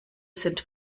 sind